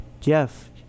jeff